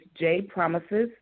jpromises